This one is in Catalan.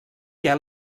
què